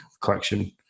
collection